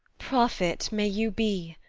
prophet may you be!